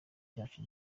cyacu